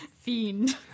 fiend